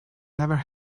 never